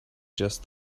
just